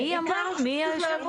מי היא אמרה, מי הקים אותה?